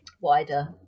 wider